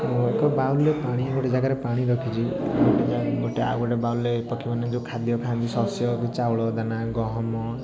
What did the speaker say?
ମୁଁ ଏକ ବାଉଲରେ ପାଣି ଗୋଟେ ଜାଗାରେ ପାଣି ରଖିଛି ଆଉ ଗୋଟେ ବାଉଲରେ ପକ୍ଷୀମାନେ ଯେଉଁ ଖାଦ୍ୟ ଖାଆନ୍ତି ଶସ୍ୟ କି ଚାଉଳ ଦାନା ଗହମ